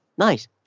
Nice